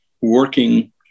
working